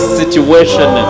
situation